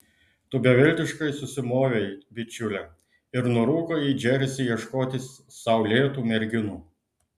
tu beviltiškai susimovei bičiule ir nurūko į džersį ieškoti saulėtų merginų